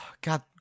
god